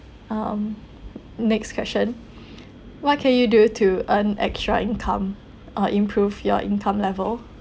um next question what can you do to earn extra income or improve your income level